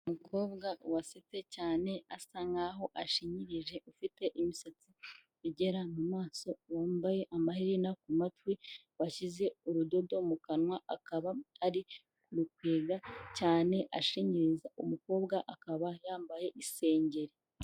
Umukobwa wasetse cyane asa nkaho ashinkiririje ufite imisatsi igera mu maso, wambaye amaherena ku matwi, washyize urudodo mu kanwa akaba ari gukwega cyane ashinyiriza, umukobwa akaba yambaye isengeri.